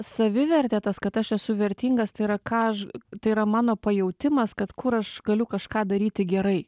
savivertė tas kad aš esu vertingas tai yra ką aš tai yra mano pajautimas kad kur aš galiu kažką daryti gerai